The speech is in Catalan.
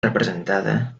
representada